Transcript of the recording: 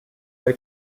way